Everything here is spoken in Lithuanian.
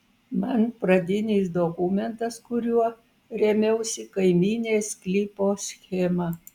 man pradinis dokumentas kuriuo rėmiausi kaimynės sklypo schema